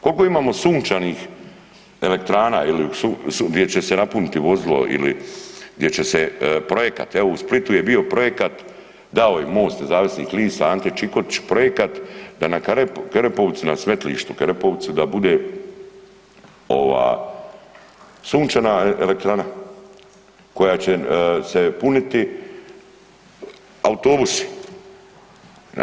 Koliko imamo sunčanih elektrana ili gdje će se napuniti vozilo ili gdje će se projekat evo, u Splitu je bio projekat, dao je Most nezavisnih lista Ante Čikotić projekat da na Karepovcu na smetlištu, Karepovcu, da bude ova, sunčana elektrana koja će se puniti autobusi.